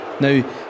Now